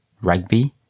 rugby